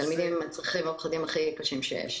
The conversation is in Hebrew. התלמידים עם הצרכים הכי קשים שיש.